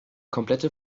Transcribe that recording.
komplette